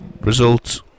results